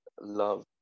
love